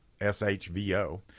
SHVO